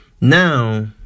Now